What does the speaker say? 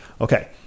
Okay